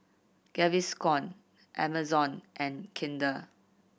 Gaviscon Amazon and Kinder